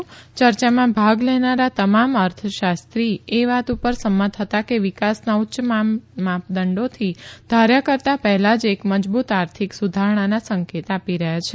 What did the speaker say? યર્ચામાં ભાગ લેનારા તમામ અર્થશાસ્ત્રી એ વાત પર સંમત હતા કે વિકાસના ઉચ્ય માપદંડો ધાર્યા કરતા પહેલા જ એક મજબુત આર્થિક સુધારણાના સંકેત આપી રહયાં છે